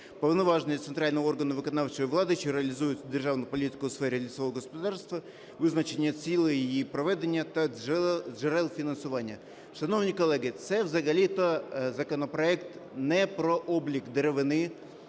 повноваження центрального органу виконавчої влади, що реалізує держану політику в сфері лісового господарства, визначення цілей її проведення та джерел фінансування. Шановні колеги, це взагалі-то законопроект не про облік деревини